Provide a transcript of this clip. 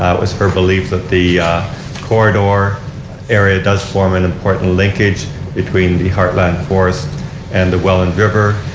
um it was her belief that the corridor area does form an important linkage between the heartland forrest and welland river.